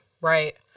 Right